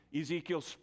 Ezekiel